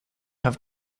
have